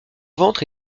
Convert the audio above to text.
ventre